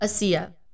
ASIA